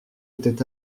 étaient